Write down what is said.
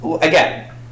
again